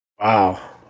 Wow